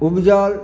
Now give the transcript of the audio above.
ऊपजल